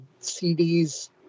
CDs